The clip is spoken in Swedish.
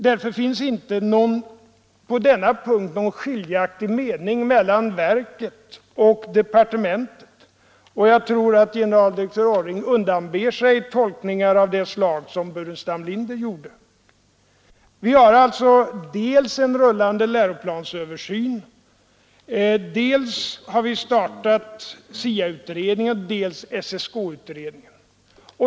Därför finns det inte på denna punkt någon skiljaktig mening mellan verket och departementet. Jag tror att generaldirektör Orring undanber sig tolkningar av det slag som herr Burenstam Linder gjorde. Dels pågår det alltså en rullande läroplansöversyn, dels har vi startat SIA-utredningen och SSK-utredningen.